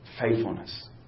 faithfulness